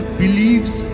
believes